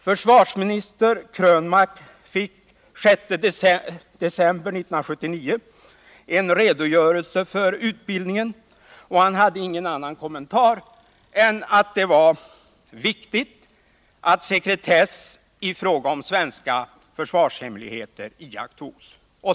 Försvarsminister Eric Krönmark fick den 6 december 1979 en redogörelse för utbildningen och hade ingen annan kommentar än att det var viktigt att sekretess i fråga om svenska försvarshemligheter iakttogs.